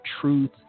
truth